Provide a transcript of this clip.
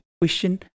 question